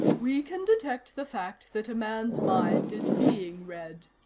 we can detect the fact that a man's mind is being read.